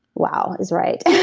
wow is right